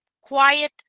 quiet